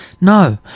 No